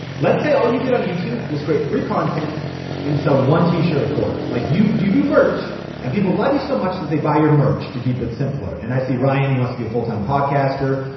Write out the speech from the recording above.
let's say all you did on youtube was create free content and sell one tee shirt a quarter. like you do, do merch and people love you so much that they buy your merch, to keep it simpler. and i see ryan, he wants to be a full time podcaster.